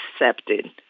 accepted